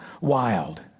Wild